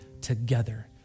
together